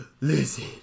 Listen